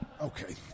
Okay